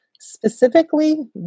specifically